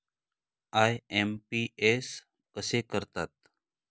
IMPS कसे करतात?